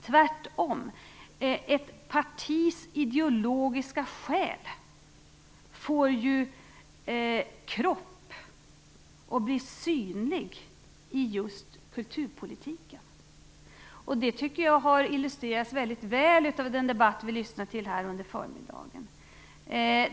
Tvärtom är det så att ett partis ideologiska själ får kropp och blir synlig i just kulturpolitiken. Det tycker jag har illustrerats väldigt väl av den debatt vi har lyssnat till här under förmiddagen.